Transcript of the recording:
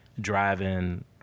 driving